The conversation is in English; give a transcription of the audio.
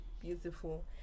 beautiful